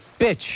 bitch